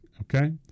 Okay